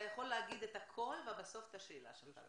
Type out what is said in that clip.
אתה יכול להגיד את הכול ובסוף את השאלה שלך.